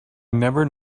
never